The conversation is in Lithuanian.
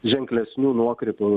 ženklesnių nuokrypių